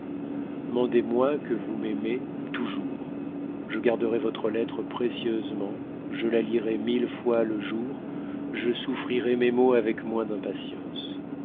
mandez-moi que vous m'aimez toujours je garderai votre lettre précieusement je la lirai mille fois le jour je souffrirai mes maux avec moins d'impatience